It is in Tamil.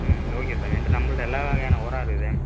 ம் ஓகே சார் என்கிட்ட நம்மகிட்ட எல்லா வகையான உரம் இருக்குது